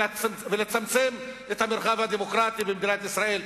ולצמצם את המרחב הדמוקרטי במדינת ישראל,